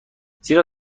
زیرا